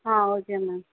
ah okay ma'am